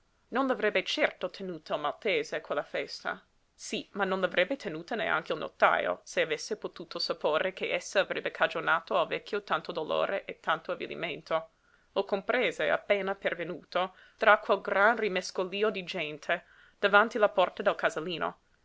grata non l'avrebbe certo tenuta il maltese quella festa sí ma non l'avrebbe tenuta neanche il notajo se avesse potuto supporre che essa avrebbe cagionato al vecchio tanto dolore e tanto avvilimento lo comprese appena pervenuto tra quel gran rimescolío di gente davanti la porta del casalino